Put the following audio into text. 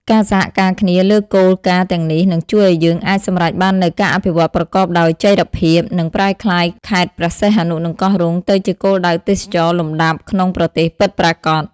ការសហការគ្នាលើគោលការណ៍ទាំងនេះ នឹងជួយឲ្យយើងអាចសម្រេចបាននូវការអភិវឌ្ឍប្រកបដោយចីរភាព និងប្រែក្លាយខេត្តព្រះសីហនុ និងកោះរ៉ុង ទៅជាគោលដៅទេសចរណ៍លំដាប់ក្នុងប្រទេសពិតប្រាកដ។